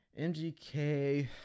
MGK